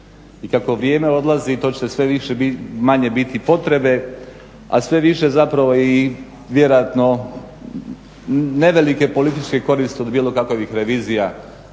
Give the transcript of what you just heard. I kako vrijeme odlazi to će sve manje biti potrebe, a sve više zapravo i vjerojatno nevelike političke koristi od bilo kakovih revizija.